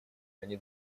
они